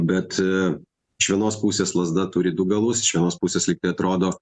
bet iš vienos pusės lazda turi du galus iš vienos pusės atrodo